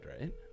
right